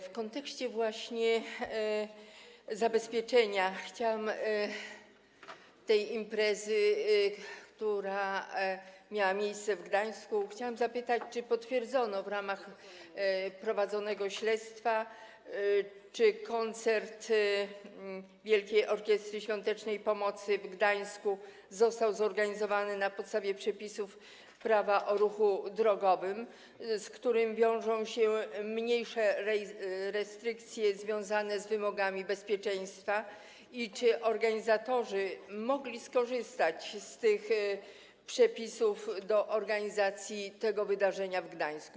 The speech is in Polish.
W kontekście właśnie zabezpieczenia tej imprezy, która miała miejsce w Gdańsku, chciałam zapytać: Czy potwierdzono w ramach prowadzonego śledztwa, czy koncert Wielkiej Orkiestry Świątecznej Pomocy w Gdańsku został zorganizowany na podstawie przepisów Prawa o ruchu drogowym, z którym wiążą się mniejsze restrykcje związane z wymogami bezpieczeństwa, i czy organizatorzy mogli skorzystać z tych przepisów do organizacji tego wydarzenia w Gdańsku?